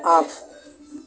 off